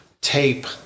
tape